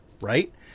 Right